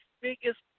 biggest